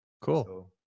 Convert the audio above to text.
Cool